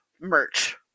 merch